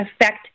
affect